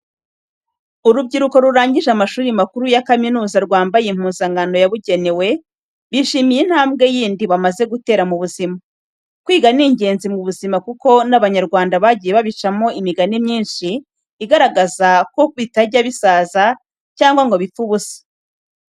Urubyiruko rurangije amashuri makuru ya kaminuza rwambaye impuzankano yabugenewe, bishimiye intambwe yindi bamaze gutera mu buzima. Kwiga ni ingenzi mu buzima kuko n'Abanyarwanda bagiye babicamo imigani myinshi igaragaza ko bitajya bisaza cyangwa ngo bipfe ubusa.